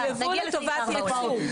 יבוא לטובת יצוא.